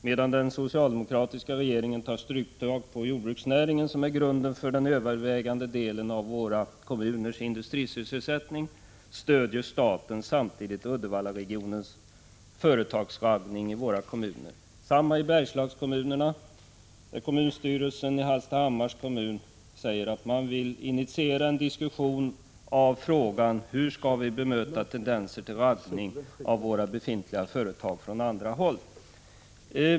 Medan den socialdemokratiska regeringen tar struptag på jordbruksnäringen, som utgör grunden för den övervägande delen av våra kommuners industrisysselsättning, stöder staten Uddevallaregionens ”företagsraggning” i våra kommuner. Samma förhållande gäller Bergslagskommunerna. Kommunstyrelsen i Hallstahammars kommun säger att man vill ”initiera en diskussion av frågan om hur vi skall bemöta tendenser till ”raggning” av våra befintliga företag från andra håll”.